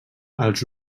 els